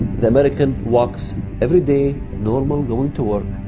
the american walks every day normal going to work